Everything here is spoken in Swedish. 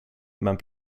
men